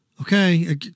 Okay